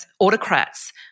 autocrats